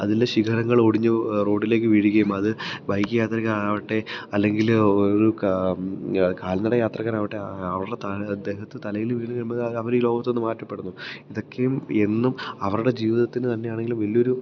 അതിന്റെ ശിഖരങ്ങളൊടിഞ്ഞ് റോഡിലേക്ക് വീഴുകയും അത് ബൈക്ക് യാത്രക്കാരാവട്ടെ അല്ലെങ്കില് ഒര് കാല്നട യാത്രക്കാരാവട്ടെ അവരുടെ തല ദേഹത്ത് തലയില് വീണ് കഴിയുമ്പം അവർ ഈ ലോകത്ത് നിന്ന് മാറ്റപ്പെടുന്നു ഇതൊക്കെയും എന്നും അവരുടെ ജീവിതത്തിന് തന്നെയാണെങ്കിലും വലിയൊരു